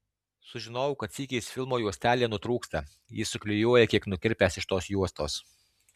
sužinojau kad sykiais filmo juostelė nutrūksta jis suklijuoja kiek nukirpęs iš tos juostos